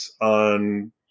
on